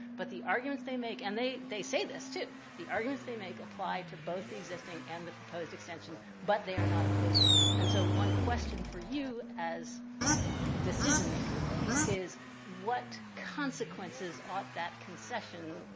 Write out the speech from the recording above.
but the arguments they make and they they say this too the arguments they make apply to both the existing and the proposed extension but they are not opposing. and so, one question for you as decision-maker is what consequences ought that concession,